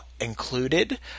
included